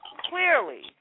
clearly